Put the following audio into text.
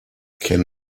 can